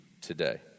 today